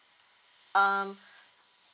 um